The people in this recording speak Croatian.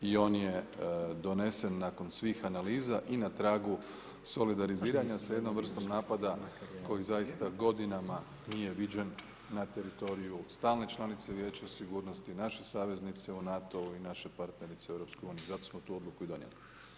I on je donesen nakon svih analiza i na tragu solidariziranja sa jednom vrstom napada koji zaista godinama nije viđen za teritoriju stalne članice vijeća sigurnosti, naše saveznice u NATO-u i naše partnernice u EU, zato smo tu odluku i donijeli.